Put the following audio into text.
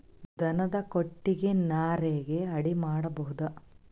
ದನದ ಕೊಟ್ಟಿಗಿ ನರೆಗಾ ಅಡಿ ಮಾಡಬಹುದಾ?